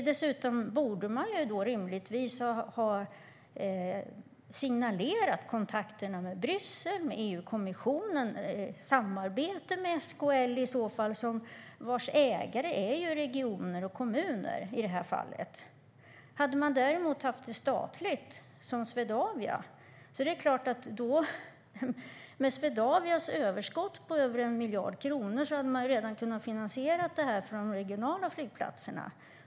Dessutom borde man rimligtvis ha signalerat i kontakterna med Bryssel, med EU-kommissionen eller med SKL, vars ägare är regioner och kommuner i det här fallet. Hur hade det varit om man hade haft det statligt, som Swedavia? Med Swedavias överskott på över 1 miljard kronor hade man redan kunnat finansiera det här för de regionala flygplatserna.